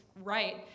right